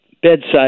bedside